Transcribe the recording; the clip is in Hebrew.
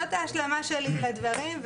זאת ההשלמה שלי לדברים.